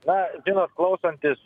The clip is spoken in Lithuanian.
na žinot klausantis